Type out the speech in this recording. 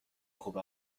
خوب